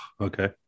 okay